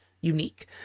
unique